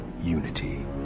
unity